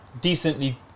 decently